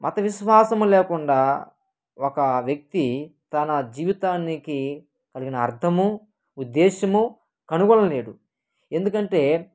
మత విశ్వాసం లేకుండా ఒక వ్యక్తి తన జీవితానికి కలిగిన అర్థము ఉద్దేశ్యము కనుగొనలేడు ఎందుకంటే